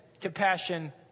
compassion